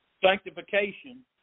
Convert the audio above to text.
Sanctification